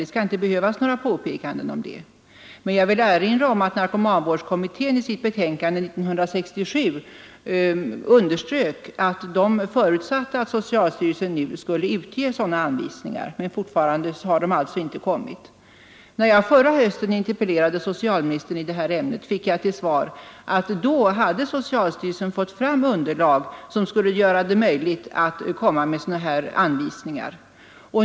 Det skall inte behövas några påpekanden om detta. Men jag vill erinra om att narkomanvårdskommittén i sitt betänkande år 1967 underströk att den förutsatte att socialstyrelsen nu skulle utge sådana anvisningar. Fortfarande har de emellertid inte kommit När jag förra hösten interpellerade socialministern i detta ämne, fick jag till svar att socialstyrelsen då hade fått fram underlag, som skulle göra det möjligt att komma med anvisningar.